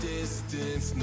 distance